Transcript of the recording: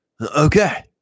Okay